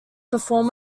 performed